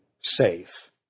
safe